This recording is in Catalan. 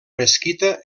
mesquita